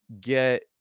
get